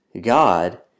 God